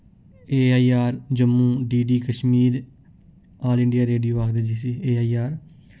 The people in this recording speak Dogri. AIR Jammu DD Kashmir All India Radio आखदे जिसी एआईआर